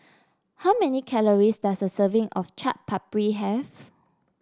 how many calories does a serving of Chaat Papri have